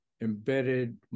embedded